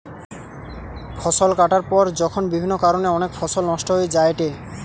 ফসল কাটার পর যখন বিভিন্ন কারণে অনেক ফসল নষ্ট হয়ে যায়েটে